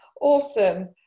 Awesome